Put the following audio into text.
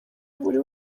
buri